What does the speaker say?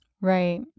right